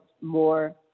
more